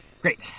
great